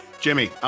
Jimmy